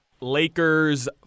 Lakers